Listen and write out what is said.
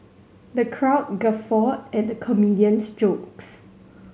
the crowd guffawed at the comedian's jokes